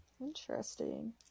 Interesting